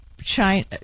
China